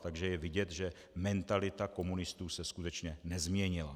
Takže je vidět, že mentalita komunistů se skutečně nezměnila.